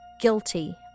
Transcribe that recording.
guilty